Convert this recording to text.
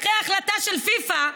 אחרי ההחלטה של פיפ"א,